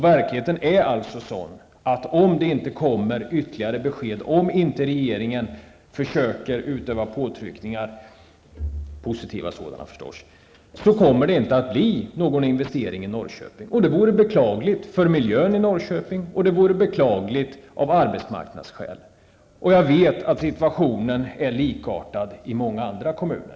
Verkligheten är den, att om inte regeringen försöker utöva positiva påtryckningar, kommer det inte att bli någon investering i Norrköping. Det vore beklagligt med tanke på miljön i Norrköping liksom också av arbetsmarknadsskäl. Jag vet att situationen är likartad i många andra kommuner.